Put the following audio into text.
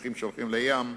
קולחין שהולכים לים,